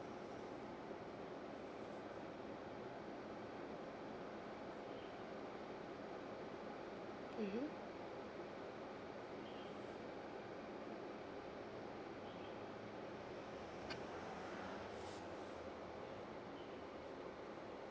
mmhmm